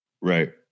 Right